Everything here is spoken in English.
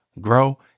grow